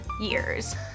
years